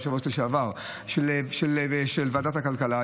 היושב-ראש לשעבר של ועדת הכלכלה.